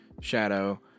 Shadow